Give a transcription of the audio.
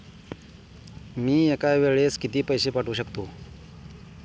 मी एका वेळेस किती पैसे पाठवू शकतो?